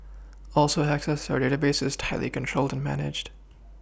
also access our database is tightly controlled managed